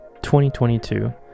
2022